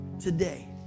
today